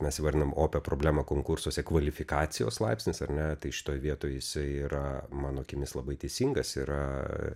mes įvardinam opią problemą konkursuose kvalifikacijos laipsnis ar ne tai šitoj vietoj jisai yra mano akimis labai teisingas yra